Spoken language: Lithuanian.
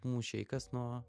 mušeikas nuo